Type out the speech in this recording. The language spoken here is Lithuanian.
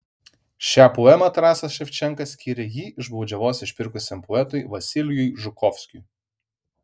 šią poemą tarasas ševčenka skyrė jį iš baudžiavos išpirkusiam poetui vasilijui žukovskiui